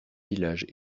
villages